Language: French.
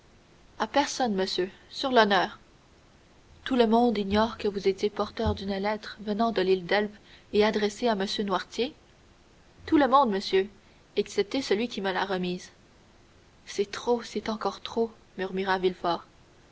à personne monsieur sur l'honneur tout le monde ignore que vous étiez porteur d'une lettre venant de l'île d'elbe et adressée à m noirtier tout le monde monsieur excepté celui qui me l'a remise c'est trop c'est encore trop murmura